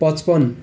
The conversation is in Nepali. पचपन्